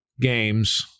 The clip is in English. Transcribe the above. games